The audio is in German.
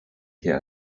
hier